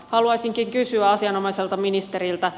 haluaisinkin kysyä asianomaiselta ministeriltä